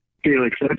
Felix